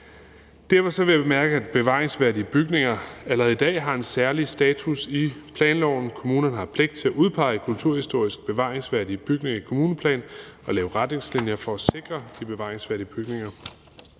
Derfor vil jeg bemærke, at bevaringsværdige bygninger allerede i dag har en særlig status i planloven. Kommunerne har pligt til at udpege kulturhistorisk bevaringsværdige bygninger i kommuneplanen og lave retningslinjer for at sikre de bevaringsværdige bygninger.